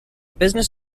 business